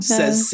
says